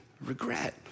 regret